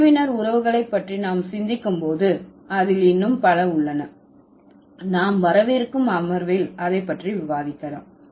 உறவினர் உறவுகளை பற்றி நாம் சிந்திக்கும் போது அதில் இன்னும் பல உள்ளன நாம் வரவிருக்கும் அமர்வில் அதை பற்றி விவாதிக்கலாம்